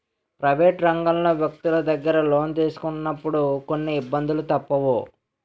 private రంగంలో వ్యక్తులు దగ్గర లోను తీసుకున్నప్పుడు కొన్ని ఇబ్బందులు తప్పవు